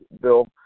Bill